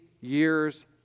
years